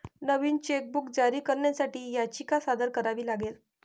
नवीन chequebook जारी करण्यासाठी याचिका सादर करावी लागेल